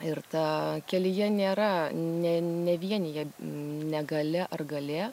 ir ta kelyje nėra ne nevienija negalia ar galia